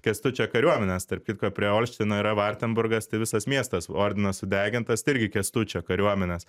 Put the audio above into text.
kęstučio kariuomenės tarp kitko prie olštino yra vartenburgas tai visas miestas ordinas sudegintas tai irgi kęstučio kariuomenės